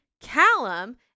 callum